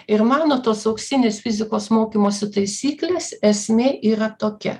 ir mano tos auksinės fizikos mokymosi taisyklės esmė yra tokia